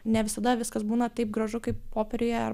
ne visada viskas būna taip gražu kai popieriuje ar